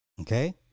Okay